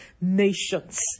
nations